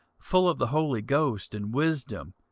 full of the holy ghost and wisdom,